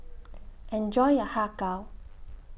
Enjoy your Har Kow